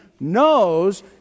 knows